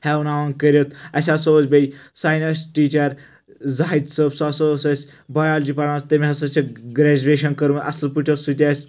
ہیٚوناوان کٔرتھ اسہِ ہسا اوس بیٚیہِ ساینس ٹیٖچر زاہد صٲب سُہ ہَسا اوس اسہِ بایولجی پرناوان تٔمۍ ہَسا چھِ گریجویشن کٔرمٕژ اصل پٲٹھۍ اوس سُہ تہِ اسہِ